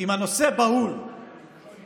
אם הנושא בהול ודחוף,